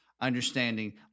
understanding